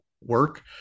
work